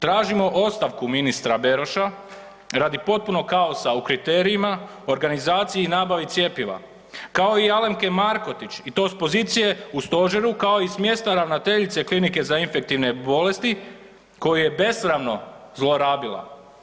Tražimo ostavku ministra Beroša radi potpunog kaosa u kriterijima, organizaciji i nabavi cjepiva kao i Alemka Markotić i to s pozicije u stožeru kao i s mjesta ravnateljice Klinike za infektivne bolesti koju je besramno zlorabila.